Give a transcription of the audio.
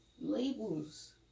labels